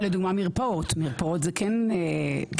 לדוגמה מרפאות, מרפאות זה כן לקהילה.